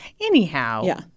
Anyhow